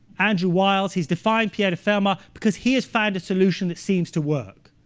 andrew wiles, he's defying pierre de fermat, because he has found a solution that seems to work.